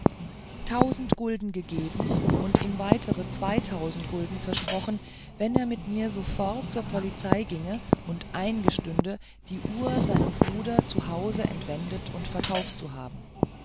tausend gulden gegeben und ihm weitere zweitausend gulden versprochen wenn er mit mir sofort zur polizei ginge und eingestünde die uhr seinem bruder zu hause entwendet und verkauft zu haben